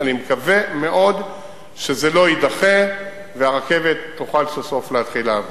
אני מקווה מאוד שזה לא יידחה והרכבת תוכל סוף-סוף להתחיל לעבוד.